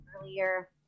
earlier